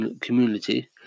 community